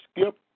skip